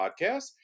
podcast